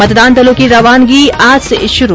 मतदान दलों की रवानगी आज से शुरू